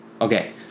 Okay